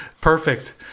Perfect